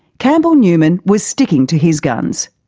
campbell newman was sticking to his guns.